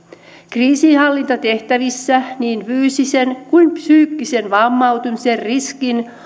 kriisinhallintatehtävissä niin fyysisen kuin psyykkisenkin vammautumisen riskin